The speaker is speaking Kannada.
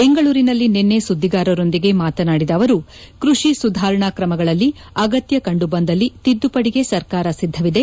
ಬೆಂಗಳೂರಿನಲ್ಲಿ ನಿನ್ನೆ ಸುದ್ದಿಗಾರರೊಂದಿಗೆ ಮಾತನಾಡಿದ ಅವರು ಕೃಷಿ ಸುಧಾರಣಾ ಕ್ರಮಗಳಲ್ಲಿ ಅಗತ್ಯ ಕಂಡುಬಂದಲ್ಲಿ ತಿದ್ದುಪಡಿಗೆ ಸರ್ಕಾರ ಸಿದ್ಧವಿದೆ